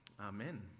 Amen